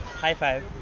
high five.